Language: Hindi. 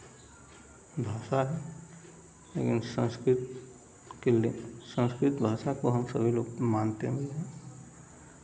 भाषा है इन संस्कृत संस्कृत भाषा को हम सभी लोग मानते भी हैं